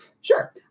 Sure